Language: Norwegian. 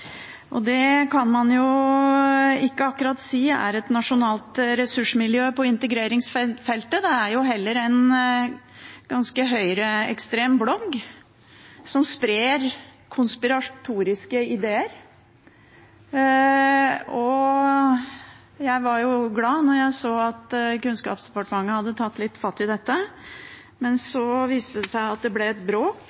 Service. Det kan man ikke akkurat si er et nasjonalt ressursmiljø på integreringsfeltet. Det er heller en ganske høyreekstrem blogg, som sprer konspiratoriske ideer. Jeg var glad da jeg så at Kunnskapsdepartementet hadde tatt litt fatt i dette, men